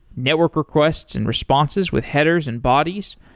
network requests and responses with headers and bodies,